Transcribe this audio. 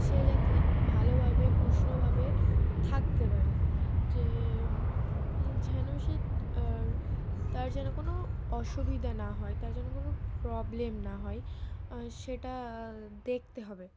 সে যাতে ভালোভাবে উষ্ণভাবে থাকতে পারে যে যেন সে তার যেন কোনো অসুবিধা না হয় তার যেন কোনো প্রবলেম না হয় সেটা দেখতে হবে